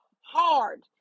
hard